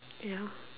ya